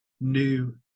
new